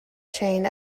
chain